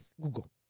Google